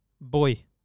Boy